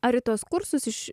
ar į tuos kursus iš